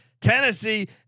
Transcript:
Tennessee